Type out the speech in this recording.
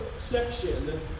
section